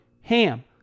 HAM